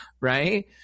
right